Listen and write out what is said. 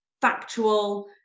factual